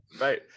right